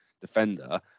defender